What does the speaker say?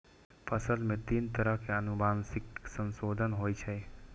फसल मे तीन तरह सं आनुवंशिक संशोधन होइ छै